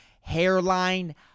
hairline